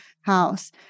house